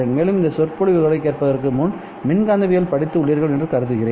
மேலும் இந்த சொற்பொழிவுகளைக் கேட்பதற்கு முன் மின்காந்தவியல் படித்து உள்ளீர்கள் என்று கருதுகிறேன்